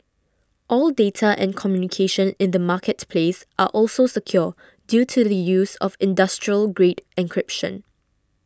all data and communication in the marketplace are also secure due to the use of industrial grade encryption